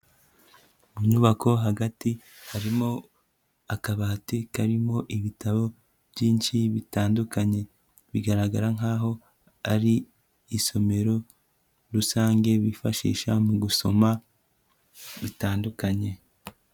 Mu nyubako hagati harimo akabati karimo ibitabo byinshi bitandukanye, bigaragara nk'aho ari isomero rusange bifashisha mu gusoma bitandukanye.